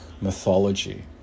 mythology